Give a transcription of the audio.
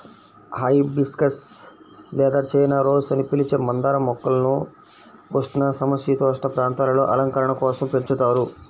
hibiscus లేదా China rose అని పిలిచే మందార మొక్కల్ని ఉష్ణ, సమసీతోష్ణ ప్రాంతాలలో అలంకరణ కోసం పెంచుతారు